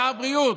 שר הבריאות?